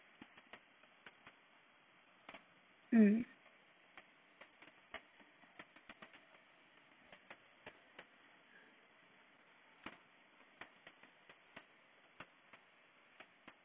mm